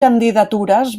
candidatures